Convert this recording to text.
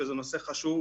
שזה נושא חשוב,